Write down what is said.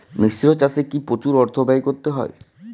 মিশ্র চাষে কি প্রচুর অর্থ ব্যয় করতে হয়?